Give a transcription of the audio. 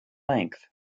length